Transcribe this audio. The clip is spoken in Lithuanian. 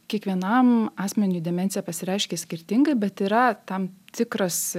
kiekvienam asmeniui demencija pasireiškia skirtingai bet yra tam tikras